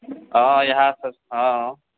हँ यएह सब हँ